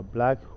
Black